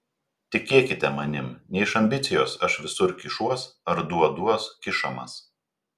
tikėkite manim ne iš ambicijos aš visur kišuos ar duoduos kišamas